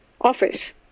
office